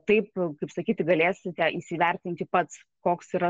o taip kaip sakyti galėsite įsivertinti pats koks yra